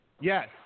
Yes